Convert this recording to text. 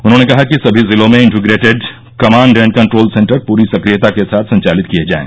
उन्होंने कहा कि सभी जिलों में integrated command and control centre पूरी सक्रियता के साथ संचालित किए जाएं